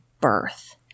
birth